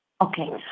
Okay